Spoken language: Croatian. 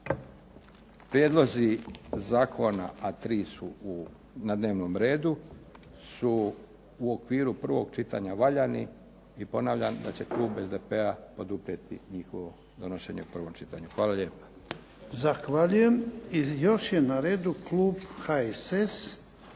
Prijedlozi zakona, a tri su na dnevnom redu su okviru prvog čitanja valjani. I ponavljam da će klub SDP-a poduprijeti njihovo donošenje u prvom čitanju. Hvala lijepa.